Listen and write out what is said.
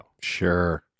Sure